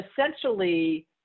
essentially